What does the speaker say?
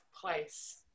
place